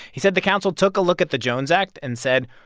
he said the council took a look at the jones act and said,